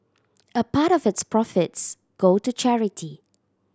a part of its profits go to charity